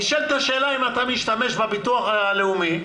נשאלת השאלה אם אתה משתמש בביטוח הלאומי,